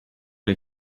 les